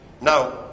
Now